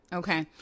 okay